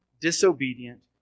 disobedient